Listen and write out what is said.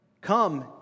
Come